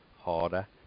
harder